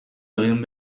egin